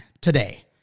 today